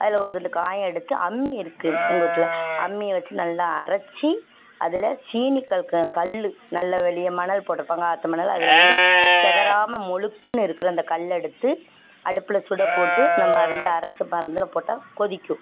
அதில் ஒரு துண்டு காயம் எடுத்து அம்மி இருக்குது எங்கள் வீட்டுல அம்மியை வச்சு நல்லா அரச்சு அதில் சீனி கல்கண்டு கல் நல்ல வெளியே மணல் போட்டிருப்பாங்க ஆற்று மணல் அதில் வந்து சிதறாம மொழுக்குன்னு இருக்கிற அந்த கல்லை எடுத்து அடுப்பில் சுட போட்டு இந்த மருந்தை அரச்சு மருந்தில் போட்டால் கொதிக்கும்